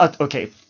okay